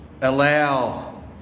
allow